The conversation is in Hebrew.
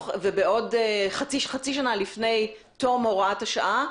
וחצי שנה לפני תום הוראת השעה,